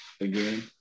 again